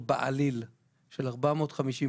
תודה יעל, כולם שוכחים את הרעש בים.